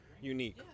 unique